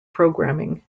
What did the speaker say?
programming